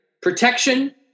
Protection